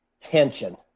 tension